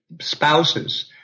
spouses